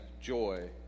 joy